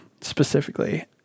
specifically